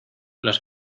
los